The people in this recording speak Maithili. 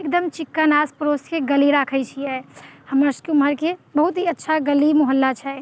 एकदम चिक्कन आस पड़ोसके गली राखैत छियै हमरा सबके ओम्हरके बहुत ही अच्छा गली मोहल्ला छै